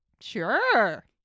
Sure